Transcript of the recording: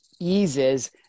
eases